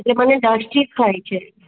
એટલે મને ડસ્ટથી જ થાય છે